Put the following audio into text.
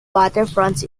waterfront